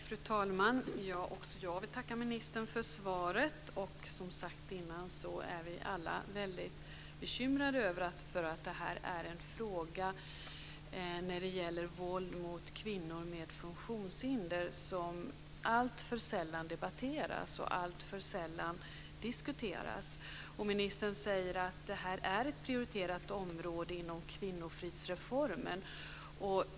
Fru talman! Också jag vill tacka ministern för svaret. Som tidigare sagts är vi alla väldigt bekymrade över det här, för våld mot kvinnor med funktionshinder är en fråga som alltför sällan debatteras och alltför sällan diskuteras. Ministern säger att det här är ett prioriterat område inom kvinnofridsreformen.